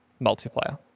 multiplayer